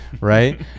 right